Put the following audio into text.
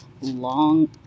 long